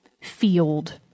field